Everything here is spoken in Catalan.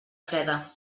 freda